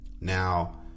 now